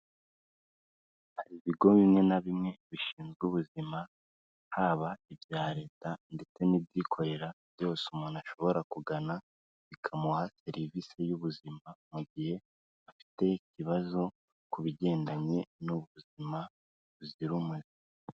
Hari ibigo bimwe na bimwe bishinzwe ubuzima haba ibya leta ndetse n'ibyikorera byose umuntu ashobora kugana bikamuha serivisi y'ubuzima mu gihe afite ikibazo ku bigendanye n'ubuzima buzira umuze.